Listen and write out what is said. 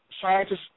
Scientists